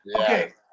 okay